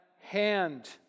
hand